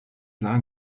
dla